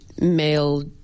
male